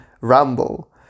ramble